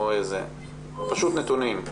פשוט נתונים.